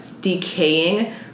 decaying